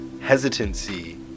hesitancy